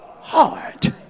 heart